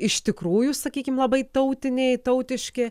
iš tikrųjų sakykim labai tautiniai tautiški